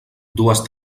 dues